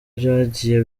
byagiye